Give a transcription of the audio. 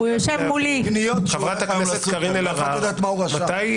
חברת הכנסת אלהרר, מתי